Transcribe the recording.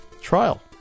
trial